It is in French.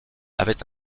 avait